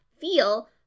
feel